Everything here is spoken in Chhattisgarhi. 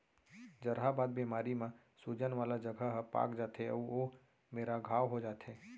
जहरबाद बेमारी म सूजन वाला जघा ह पाक जाथे अउ ओ मेरा घांव हो जाथे